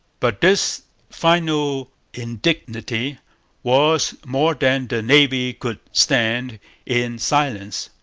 but this final indignity was more than the navy could stand in silence.